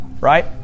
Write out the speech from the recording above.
right